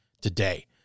today